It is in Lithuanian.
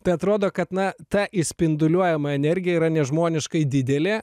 tai atrodo kad na ta išspinduliuojama energija yra nežmoniškai didelė